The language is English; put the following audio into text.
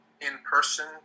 in-person